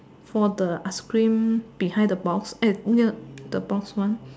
for the ice cream behind the box eh near the box one